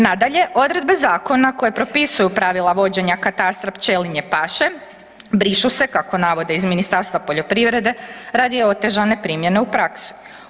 Nadalje, odredbe zakona koje propisuju pravila vođenja katastra pčelinje paše brišu kako navode iz Ministarstva poljoprivrede radi otežane primjene u praksi.